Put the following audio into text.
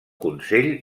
consell